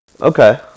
Okay